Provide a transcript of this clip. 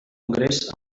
congrés